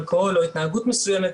אלכוהול או ההתנהגות מסוימת,